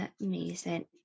Amazing